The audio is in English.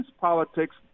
politics